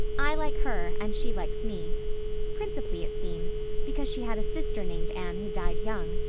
i like her and she likes me principally, it seems, because she had a sister named anne who died young.